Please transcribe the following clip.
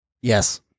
Yes